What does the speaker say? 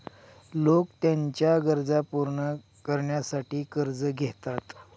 लोक त्यांच्या गरजा पूर्ण करण्यासाठी कर्ज घेतात